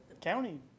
county